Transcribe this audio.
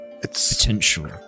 potential